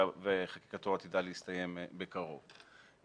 וחקיקתו עתידה להסתיים בקרוב.